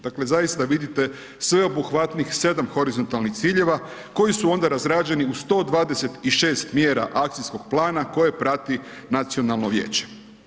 Dakle, zaista vidite sveobuhvatnih 7 horizontalnih ciljeva, koji su onda izrađeni u 126 mjera akcijskog plana koje prati nacionalno vijeće.